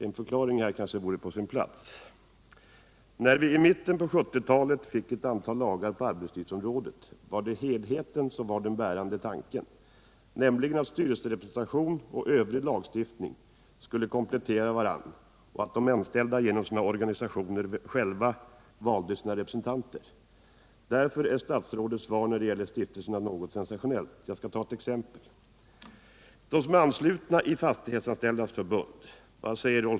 En förklaring vore här kanske på sin plats. När vi i mitten på 1970-talet fick ett antal lagar på arbetslivsområdet var det helheten som var den bärande tanken, nämligen att styrelserepresentation och övrig lagstiftning skulle komplettera varandra och att de anställda genom sina organisationer själva valde sina representanter. Därför är statsrådets svar när det gäller stiftelserna något sensationellt. Jag skall ta ett exempel. Vad säger Rolf Wirtén till dem som är anslutna i Fastighetsanställdas förbund?